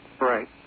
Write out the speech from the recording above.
Right